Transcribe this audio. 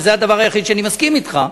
וזה הדבר היחיד שאני מסכים אתך,